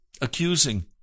accusing